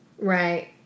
Right